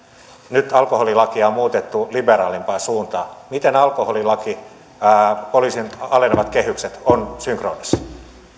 nyt alkoholilakia on muutettu liberaalimpaan suuntaan miten alkoholilaki ja poliisin alenevat kehykset ovat synkroniassa